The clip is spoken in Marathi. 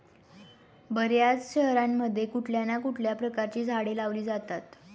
बर्याच शहरांमध्ये कुठल्या ना कुठल्या प्रकारची झाडे लावली जातात